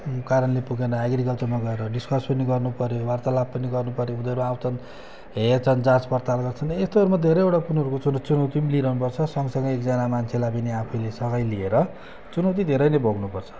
कारणले पुगेन एग्रिकल्चरमा गएर डिसकस पनि गर्नुपऱ्यो वार्तालाप पनि गर्नुपऱ्यो उनीहरू आउँछन् हेर्छन् जाँच पर्ताल गर्छन् यस्तोहरूमा धेरैवटा उनीहरूको चुन चुनौती पनि लिइरहनुपर्छ सँगसँगै एकजाना मान्छेलाई पनि आफैले सँगै लिएर चुनौती धेरै नै भोग्नुपर्छ